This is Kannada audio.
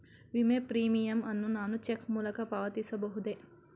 ವಿಮೆ ಪ್ರೀಮಿಯಂ ಅನ್ನು ನಾನು ಚೆಕ್ ಮೂಲಕ ಪಾವತಿಸಬಹುದೇ?